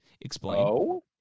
Explain